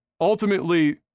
ultimately